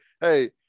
Hey